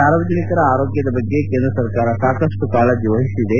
ಸಾರ್ವಜನಿಕರ ಆರೋಗ್ಕದ ಬಗ್ಗೆ ಕೇಂದ್ರ ಸರಕಾರ ಸಾಕಷ್ಟು ಕಾಳಜಿ ವಹಿಸಿದೆ